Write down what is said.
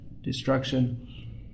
Destruction